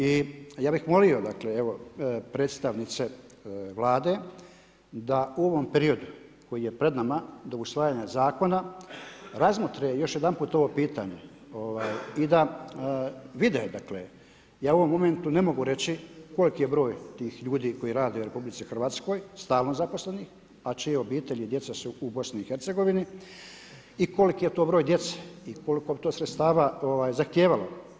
I ja bih molio dakle evo predstavnice Vlade da u ovom periodu koji je pred nama da do usvajanja zakona razmotre još jedanput ovo pitanje i da vide dakle, ja u ovom momentu ne mogu reći koliki je broj tih ljudi koji rade u RH, stalno zaposlenih a čije obitelji i djeca su u BiH-a i koliki je to broj djece i koliko bi to sredstava zahtijevalo.